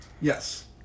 Yes